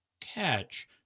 catch